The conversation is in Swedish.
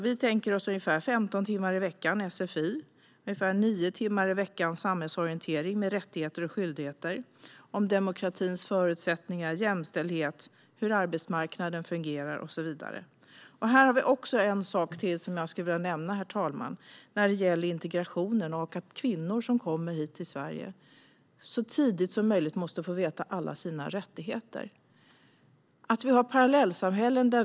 Vi tänker oss ungefär 15 timmar i veckan sfi och vidare ungefär nio timmar i veckan samhällsorientering om rättigheter och skyldigheter, om demokratins förutsättningar, jämställdhet, hur arbetsmarknaden fungerar och så vidare. Här finns en sak till jag vill nämna, herr talman, när det gäller integrationen. Kvinnor som kommer hit till Sverige ska så tidigt som möjligt få veta alla sina rättigheter.